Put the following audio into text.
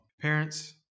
Parents